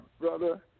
brother